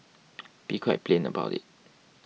be quite plain about it